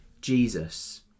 Jesus